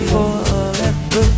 Forever